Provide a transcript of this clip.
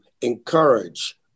encourage